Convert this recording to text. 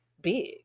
big